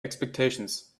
expectations